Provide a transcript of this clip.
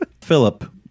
Philip